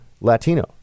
latino